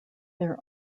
their